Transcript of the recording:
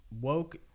woke